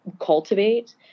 cultivate